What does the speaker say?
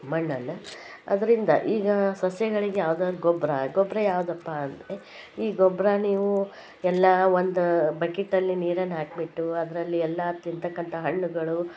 ಮಣ್ಣನ್ನು ಅದರಿಂದ ಈಗ ಸಸ್ಯಗಳಿಗೆ ಯಾವ್ದಾದ್ರು ಗೊಬ್ಬರ ಗೊಬ್ಬರ ಯಾವುದಪ್ಪಾ ಅಂದರೆ ಈ ಗೊಬ್ಬರ ನೀವು ಎಲ್ಲ ಒಂದು ಬಕೆಟಲ್ಲಿ ನೀರನ್ನು ಹಾಕಿಬಿಟ್ಟು ಅದರಲ್ಲಿ ಎಲ್ಲ ತಿಂಥಕ್ಕಂಥ ಹಣ್ಣುಗಳು